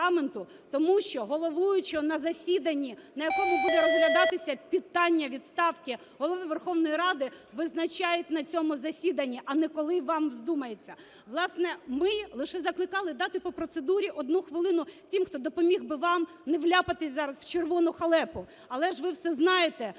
тому що головуючого на засіданні, на якому буде розглядатися питання відставки Голови Верховної Ради, визначають на цьому засіданні, а не коли вам здумається. Власне, ми лише закликали дати по процедурі одну хвилину тим, хто допоміг би вам не вляпатися зараз в червону халепу. Але ж ви все знаєте,